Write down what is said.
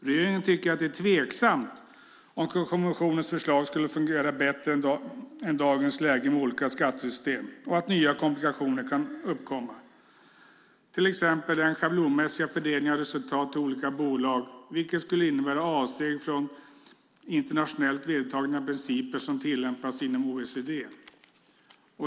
Regeringen tycker att det är tveksamt om kommissionens förslag skulle fungera bättre än dagens läge med olika skattesystem och att nya komplikationer kan uppkomma, till exempel den schablonmässiga fördelningen av resultat till olika bolag, vilket skulle innebära avsteg från de internationellt vedertagna principer som tillämpas inom OECD.